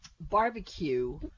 barbecue